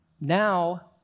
Now